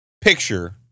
picture